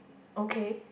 okay